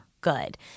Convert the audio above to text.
good